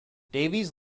davies